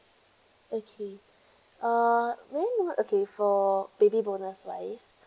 okay uh may I know okay for baby bonus wise